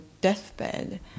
deathbed